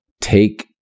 Take